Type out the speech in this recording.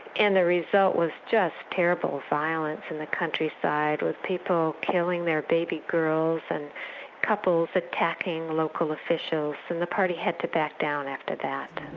and the result was just terrible violence in the countryside with people killing their baby girls and couples attacking local officials, and the party had to back down after that.